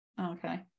okay